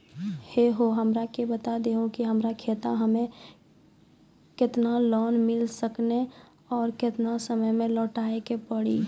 है हो हमरा के बता दहु की हमार खाता हम्मे केतना लोन मिल सकने और केतना समय मैं लौटाए के पड़ी?